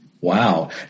Wow